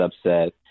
upset